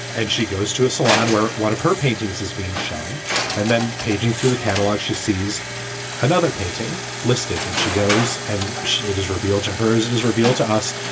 and she goes to a salon where one of her paintings is being shown and then paging through the catalog, she sees another painting listed and she goes and it is revealed to her as it is revealed to us,